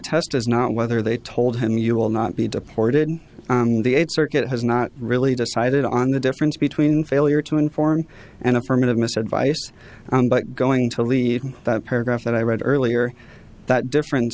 test is not whether they told him you will not be deported the circuit has not really decided on the difference between failure to inform an affirmative miss advice but going to leave that paragraph that i read earlier that difference